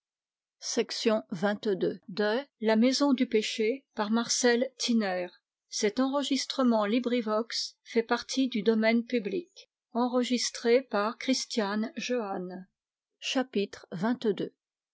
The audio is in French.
à la maison du